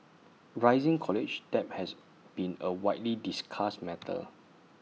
rising college debt has been A widely discussed matter